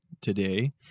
today